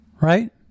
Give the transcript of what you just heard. Right